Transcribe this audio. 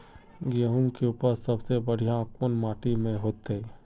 गेहूम के उपज सबसे बढ़िया कौन माटी में होते?